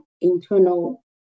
internal